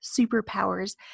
Superpowers